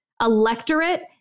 electorate